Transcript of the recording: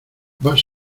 vas